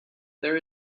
there